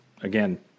again